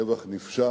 טבח נפשע